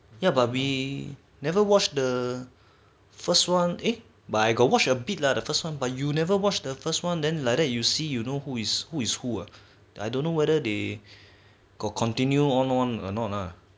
ya but we never watched the first one eh but I got watch a bit lah the first one but you never watch the first one then like that you see you know who is who uh I don't know whether they got continue on on or not lah